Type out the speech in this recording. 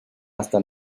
hasta